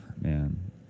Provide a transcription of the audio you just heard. Man